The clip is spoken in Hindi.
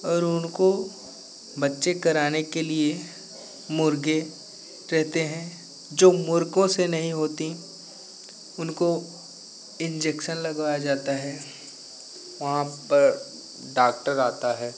और उनको बच्चे कराने के लिए मुर्गे रहते हैं जो मुर्गों से नहीं होती उनको इंजेक्शन लगवाया जाता है वहाँ पर डाक्टर आता है